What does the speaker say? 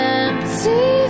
empty